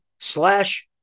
slash